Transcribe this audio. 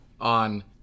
On